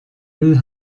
müll